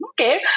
okay